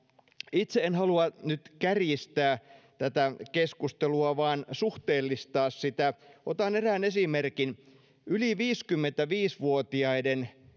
itse en halua nyt kärjistää tätä keskustelua vaan suhteellistaa sitä otan erään esimerkin yli viisikymmentäviisi vuotiaiden